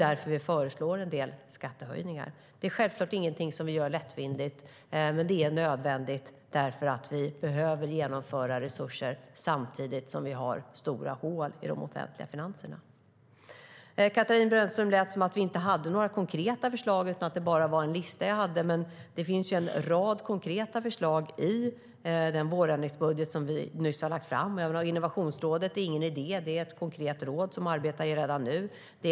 Därför föreslår vi en del skattehöjningar. Det är självklart inget vi gör lättvindigt, men det är nödvändigt eftersom vi behöver genomföra reformer samtidigt som vi har stora hål i de offentliga finanserna. På Katarina Brännström lät det som att vi inte har några konkreta förslag utan bara en lista. Men det finns en rad konkreta förslag i den vårändringsbudget vi nyss lade fram. Innovationsrådet är ingen idé utan ett konkret råd som arbetar redan nu.